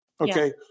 Okay